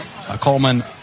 coleman